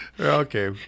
Okay